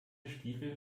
stiefel